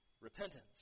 repentance